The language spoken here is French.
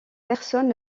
personne